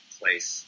place